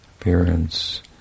appearance